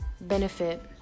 benefit